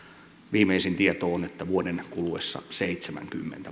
viimeisin tieto on että vuoden kuluessa seitsemänkymmentä matkasynnytystä